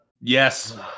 Yes